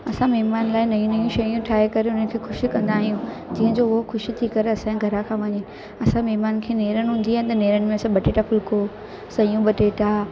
असां महिमाननि लाइ नयूं नयूं शयूं ठाहे करे हुन खे ख़ुशि कंदा आहियूं जीअं जो उहो ख़ुशि थी करे असांजे घर खां वञे असां महिमान खे नेरनि हूंदी आहे त नेरनि में असां बटेटा फुलिको सयूं बटेटा